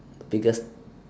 biggest